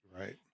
Right